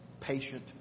patient